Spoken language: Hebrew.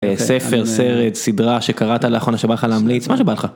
ספר סרט סדרה שקראת לאחרונה שבא לך להמליץ מה שבא לך.